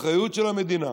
האחריות של המדינה,